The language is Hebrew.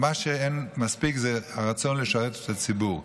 מה שאין מספיק הוא הרצון לשרת את הציבור.